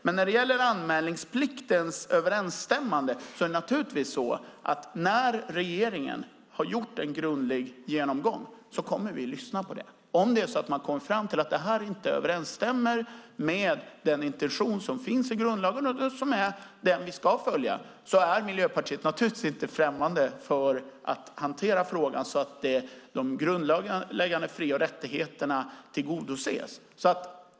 Men när det gäller anmälningspliktens överensstämmande är det naturligtvis så att när regeringen har gjort en grundlig genomgång kommer vi att lyssna på den. Om man kommer fram till att det inte överensstämmer med den intention som finns i grundlagen, och som är den vi ska följa, är Miljöpartiet naturligtvis inte främmande för att hantera frågan så att de grundläggande fri och rättigheterna tillgodoses.